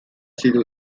sido